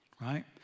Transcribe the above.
Right